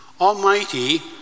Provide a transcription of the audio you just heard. Almighty